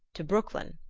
to brooklyn